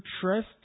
trust